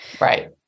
Right